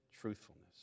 truthfulness